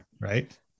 right